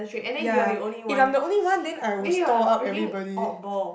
ya if I'm the only one then I will stall up everybody